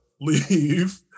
leave